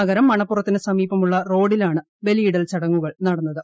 പ്ലകർം മണപ്പുറത്തിന് സമീപമുള്ള റോഡിലാണ് ബലിയിടൽ ചട്ടങ്ങുകൾ നടക്കുന്നത്